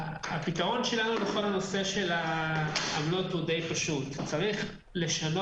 הפתרון שלנו לכל הנושא של העמלות הוא די פשוט: צריך לשנות